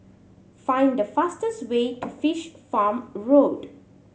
find the fastest way to Fish Farm Road